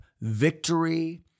victory